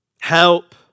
help